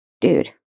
Dude